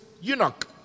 eunuch